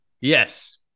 yes